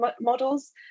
models